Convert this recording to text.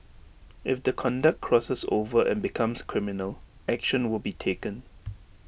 if the conduct crosses over and becomes criminal action will be taken